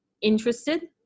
interested